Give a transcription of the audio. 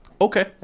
Okay